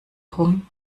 rum